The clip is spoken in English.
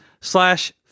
slash